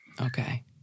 Okay